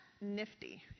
nifty